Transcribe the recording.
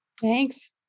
Thanks